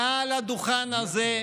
מעל הדוכן הזה,